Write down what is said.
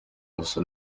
basa